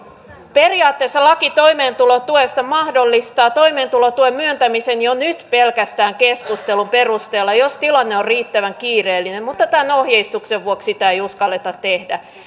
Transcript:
periaatteessa laki toimeentulotuesta mahdollistaa toimeentulotuen myöntämisen jo nyt pelkästään keskustelun perusteella jos tilanne on riittävän kiireellinen mutta tämän ohjeistuksen vuoksi sitä ei uskalleta tehdä